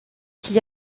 qui